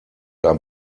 ein